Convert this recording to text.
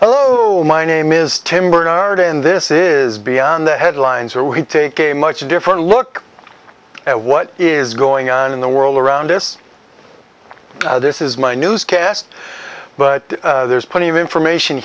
hello my name is tim bernard and this is beyond the headlines or we can take a much different look at what is going on in the world around us this is my newscast but there's plenty of information